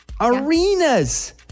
Arenas